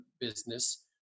business